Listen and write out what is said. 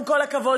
עם כל הכבוד,